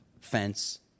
fence